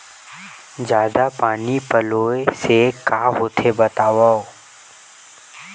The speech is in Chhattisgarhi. जादा पानी पलोय से का होथे बतावव?